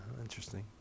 interesting